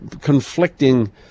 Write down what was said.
conflicting